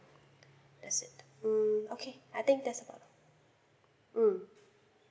that's it mm okay I think that's all mm